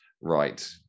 right